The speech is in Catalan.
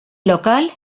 local